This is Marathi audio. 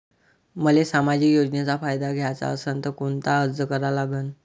मले सामाजिक योजनेचा फायदा घ्याचा असन त कोनता अर्ज करा लागन?